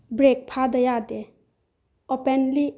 break ꯐꯥꯗ ꯌꯥꯗꯦ ꯑꯣꯄꯦꯟꯂꯤ